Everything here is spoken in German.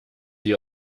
ihr